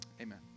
Amen